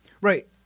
Right